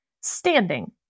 standing